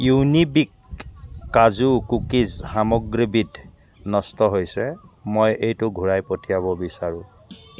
ইউনিবিক কাজু কুকিজ সামগ্ৰীবিধ নষ্ট হৈছে মই এইটো ঘূৰাই পঠিয়াব বিচাৰোঁ